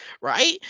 right